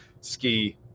ski